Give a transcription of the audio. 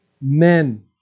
men